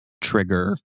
trigger